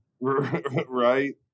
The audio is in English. right